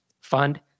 fund